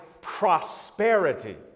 prosperity